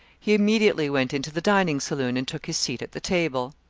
he immediately went into the dining saloon, and took his seat at the table.